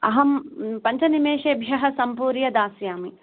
अहं पञ्च निमेषेभ्यः सम्पूर्य दास्यामि